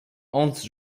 hans